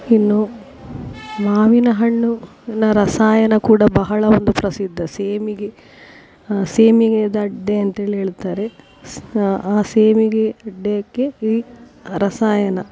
ಇನ್ನು ಮಾವಿನ ಹಣ್ಣಿನ ರಸಾಯನ ಕೂಡ ಬಹಳ ಒಂದು ಪ್ರಸಿದ್ಧ ಸೇಮಿಗೆ ಸೇಮಿಗೆದ ಅಡ್ಡೆ ಅಂತ್ಹೇಳಿ ಹೇಳ್ತಾರೆ ಸ್ ಆ ಆ ಸೇಮಿಗೆ ಅಡ್ಡೆಗೆ ಈ ರಸಾಯನ